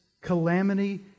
Calamity